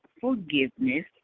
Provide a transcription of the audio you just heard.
forgiveness